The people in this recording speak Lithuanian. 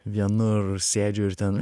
vienur sėdžiu ir ten